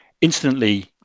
instantly